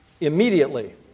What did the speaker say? immediately